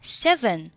seven